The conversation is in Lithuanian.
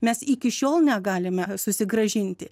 mes iki šiol negalime susigrąžinti